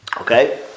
Okay